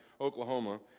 Oklahoma